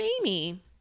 Amy